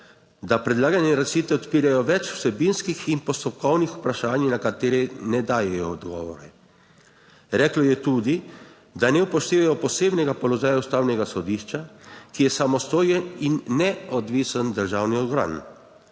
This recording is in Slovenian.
da predlagane rešitve odpirajo več vsebinskih in postopkovnih vprašanj, na katere ne dajejo odgovore. Reklo je tudi, da ne upoštevajo posebnega položaja ustavnega sodišča, ki je samostojen in neodvisen državni organ.